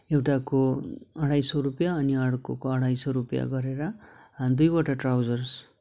एउटाको अढाई सौ रुपियाँ अनि अर्कोको अढाई सौ रुपियाँ गरेर दुइवटा ट्राउजर्स